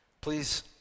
Please